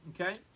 Okay